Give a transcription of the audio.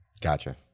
gotcha